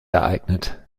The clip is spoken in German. ereignet